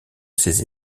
ces